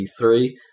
E3